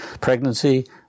pregnancy